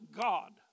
God